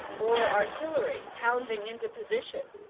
or artillery pounding into position?